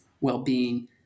well-being